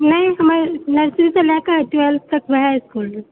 नहि हमर नर्सरीसॅं लए कऽ ट्वेल्वथ तक वएह इसकुल रहै